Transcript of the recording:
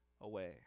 away